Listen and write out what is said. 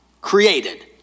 created